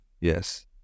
Yes